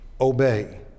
Obey